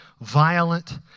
violent